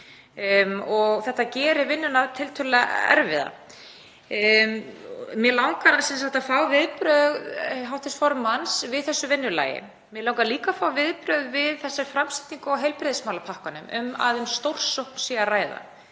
og það gerir vinnuna tiltölulega erfiða. Mig langar að fá viðbrögð hv. formanns við þessu vinnulagi. Mig langar líka að fá viðbrögð við þessari framsetningu á heilbrigðismálapakkanum, að um stórsókn sé að ræða,